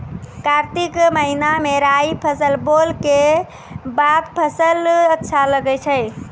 कार्तिक महीना मे राई फसल बोलऽ के बाद फसल अच्छा लगे छै